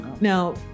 Now